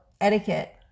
etiquette